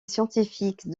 scientifique